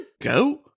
go